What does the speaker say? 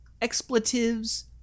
expletives